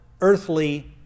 earthly